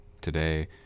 today